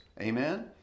amen